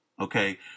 okay